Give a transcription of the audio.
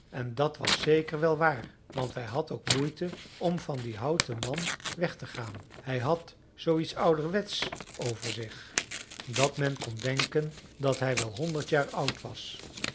en dat was zeker wel waar want hij had ook moeite om van dien houten man weg te gaan hij had zooiets ouderwetsch over zich dat men kon denken dat hij wel honderd jaar oud was